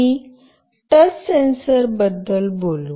आम्ही touch sensor बद्दल बोलू